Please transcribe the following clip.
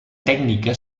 tècnica